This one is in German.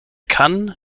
kann